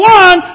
one